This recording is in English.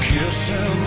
Kissing